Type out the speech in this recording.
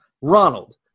ronald